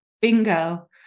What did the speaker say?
bingo